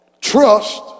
trust